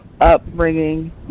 upbringing